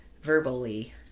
verbally